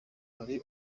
hari